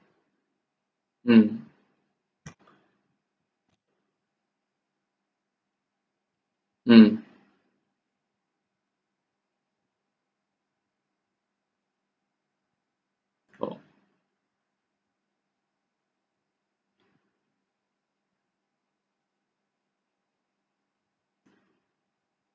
mm mm orh